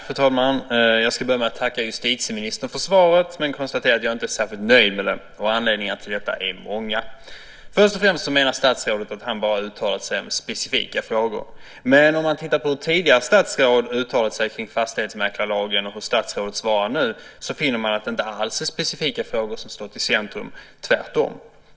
Fru talman! Jag ska börja med att tacka justitieministern för svaret och konstaterar att jag inte är särskilt nöjd med det, och anledningarna till detta är många. Först och främst menar statsrådet att han bara uttalat sig om specifika frågor. Men om man tittar på hur tidigare statsråd uttalat sig kring fastighetsmäklarlagen och hur statsrådet svarar nu finner man att det inte alls är specifika frågor som stått i centrum - tvärtom.